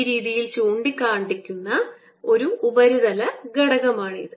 ഈ രീതിയിൽ ചൂണ്ടിക്കാണിക്കുന്ന ഒരു ഉപരിതല ഘടകമാണിത്